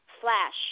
Flash